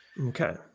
Okay